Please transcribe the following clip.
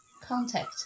contact